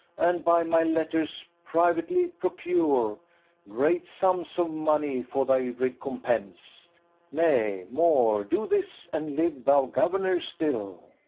and by my letters privately procure great sums of money for thy recompense nay, more, do this, and live thou governor still.